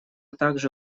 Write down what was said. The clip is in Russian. также